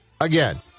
again